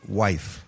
wife